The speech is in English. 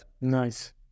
Nice